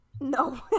No